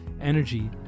energy